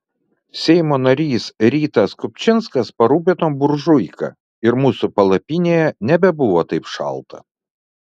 seimo narys rytas kupčinskas parūpino buržuiką ir mūsų palapinėje nebebuvo taip šalta